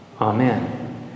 Amen